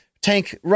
tank